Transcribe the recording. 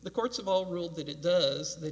the courts of all ruled that it does the